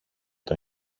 τον